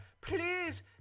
please